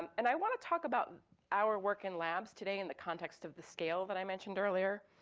um and i wanna talk about our work in labs today in the context of the scale that i mentioned earlier.